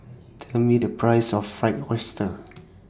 Tell Me The Price of Fried Oyster